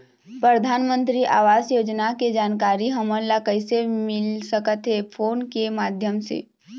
परधानमंतरी आवास योजना के जानकारी हमन ला कइसे मिल सकत हे, फोन के माध्यम से?